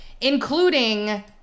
including